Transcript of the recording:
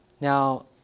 Now